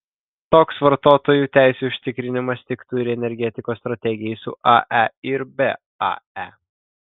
toks vartotojų teisių užtikrinimas tiktų ir energetikos strategijai su ae ir be ae